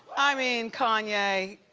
i mean, kanye.